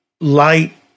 light